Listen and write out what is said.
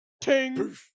ting